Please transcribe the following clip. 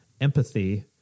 empathy